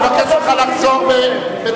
אני אבקש ממך לחזור מדבריך,